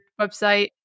website